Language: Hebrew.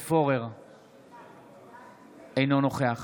אינו נוכח